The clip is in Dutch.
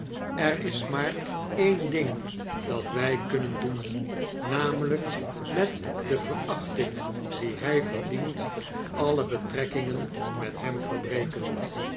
er is maar een ding dat wij kunnen doen namelijk met de verachting die hij verdient alle betrekkingen met hem verbreken